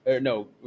no